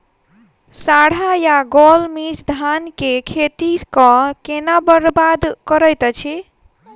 साढ़ा या गौल मीज धान केँ खेती कऽ केना बरबाद करैत अछि?